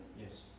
Yes